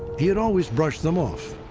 he had always brushed them off.